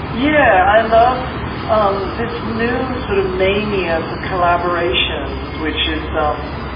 yeah, i love um this new sort of mania for collaborations, which is um